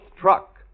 truck